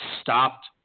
stopped